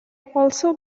also